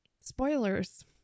Spoilers